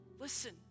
listen